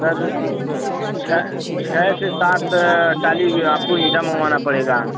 sir छः छः से सात टाली आपको ईंटा मँगवाना पड़ेगा